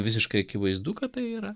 visiškai akivaizdu kad tai yra